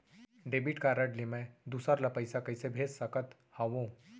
Debit card ले मैं दूसर ला पइसा कइसे भेज सकत हओं?